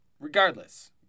Regardless